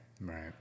Right